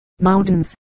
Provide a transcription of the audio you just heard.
mountains